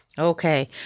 Okay